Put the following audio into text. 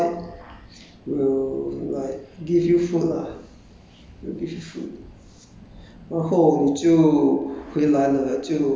get the food lor the villagers villagers outside will like give you food lah will give you food